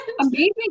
Amazing